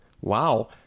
Wow